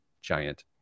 giant